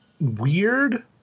weird